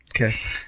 Okay